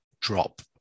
drop